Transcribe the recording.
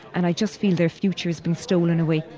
and i just feel their future has been stolen away.